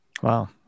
Wow